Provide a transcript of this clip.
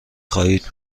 خواهید